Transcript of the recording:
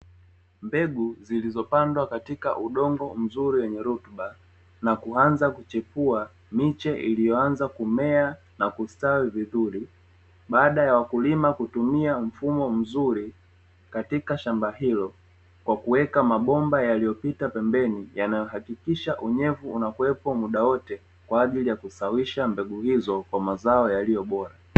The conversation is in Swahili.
Mbegu zilizopandwa kwenye udongo mzuri na wenye rutuba na kuanza kuchipua miche iliyoanza kustawi vizuri